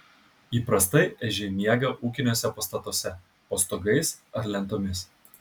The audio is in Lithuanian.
įprastai ežiai miega ūkiniuose pastatuose po stogais ar lentomis